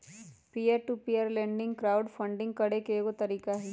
peer to peer lending crowdfunding करे के एगो तरीका हई